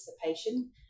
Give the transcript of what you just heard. participation